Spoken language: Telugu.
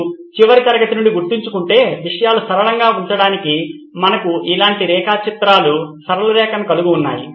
మీరు చివరి తరగతి నుండి గుర్తుంచుకుంటే విషయాలు సరళంగా ఉంచడానికి మనకు ఇలాంటి రేఖా చిత్రాలు సరళ రేఖను కలిగి ఉన్నాయి